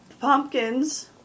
pumpkins